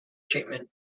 treatment